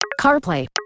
CarPlay